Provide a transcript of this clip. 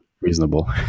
reasonable